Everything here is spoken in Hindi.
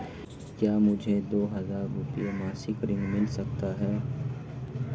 क्या मुझे दो हज़ार रुपये मासिक ऋण मिल सकता है?